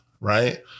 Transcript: Right